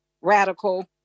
radical